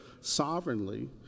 sovereignly